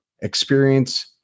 experience